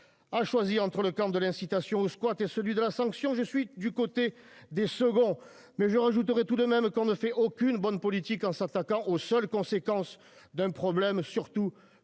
A choisi entre le camp de l'incitation au squat et celui de la sanction. Je suis du côté des seconds mais je rajouterais tout de même qu'on ne fait aucune bonne politique en s'attaquant aux seules, conséquence d'un problème surtout